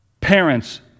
parents